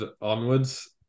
onwards